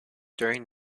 during